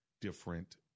different